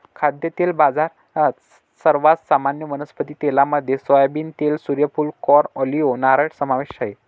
खाद्यतेल बाजारात, सर्वात सामान्य वनस्पती तेलांमध्ये सोयाबीन तेल, सूर्यफूल, कॉर्न, ऑलिव्ह, नारळ समावेश आहे